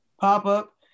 pop-up